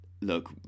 look